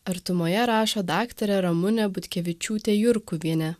artumoje rašo daktarė ramunė butkevičiūtė jurkuvienė